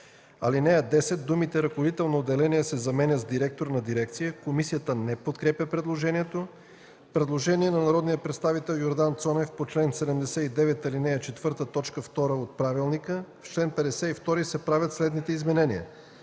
ал. 10 думите „ръководител на отделение” се заменят с „директор на дирекция”.” Комисията не подкрепя предложението. Предложение на народния представител Йордан Цонев по чл. 79, ал. 4, т. 2 от ПОДНС: „В чл. 52 се правят следните изменения: